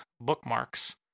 bookmarks